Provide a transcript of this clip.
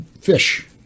Fish